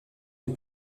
les